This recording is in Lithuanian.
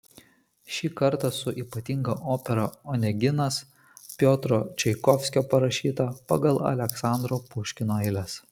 šį kartą su ypatinga opera oneginas piotro čaikovskio parašyta pagal aleksandro puškino eiles